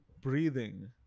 breathing